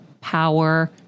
power